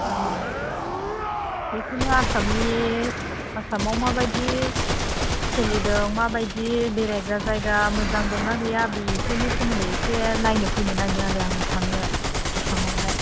औ बेखौनो आसामनि आसामाव माबायदि सोलिदों माबायदि बेरायग्रा जायगा मोजां दंना गैया बेफोरनि सोमोन्दै एसे नायनो फैनो नागिरदों आरो आङो थांनो आसामावहाय